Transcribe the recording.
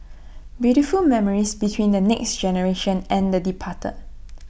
beautiful memories between the next generation and the departed